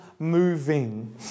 moving